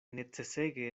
necesege